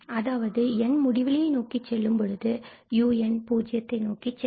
அதாவது n என்பது முடிவிலியை நோக்கிச் செல்லும் பொழுது un பூஜ்ஜியத்தை நோக்கிச் செல்லும்